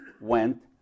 went